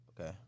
Okay